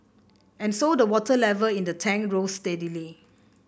and so the water level in the tank rose steadily